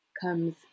comes